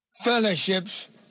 fellowships